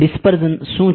dispersion શું છે